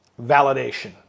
validation